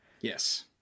Yes